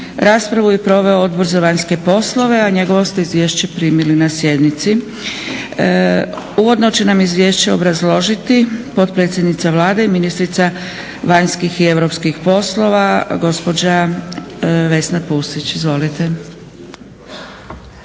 Raspravu je proveo Odbor za vanjske poslove, a njegovo ste izvješće primili na sjednici. Uvodno će nam izvješće obrazložiti potpredsjednica Vlade, ministrica vanjskih i europskih poslova, gospođa Vesna Pusić. Izvolite.